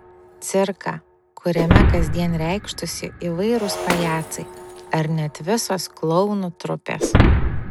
cirką kuriame kasdien reikštųsi įvairūs pajacai ar net visos klounų trupės